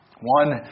One